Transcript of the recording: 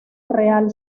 real